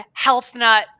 HealthNut